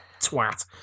twat